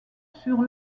sur